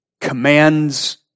commands